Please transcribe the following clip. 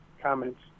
comments